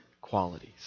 qualities